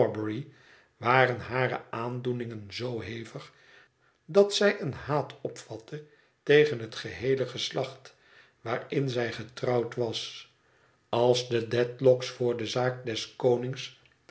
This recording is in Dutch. waren hare aandoeningen zoo heftig dat zij een haat opvatte tegen het geheele geslacht waarin zij getrouwd was als de dedlock's voor de zaak des konings